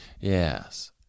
Yes